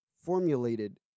formulated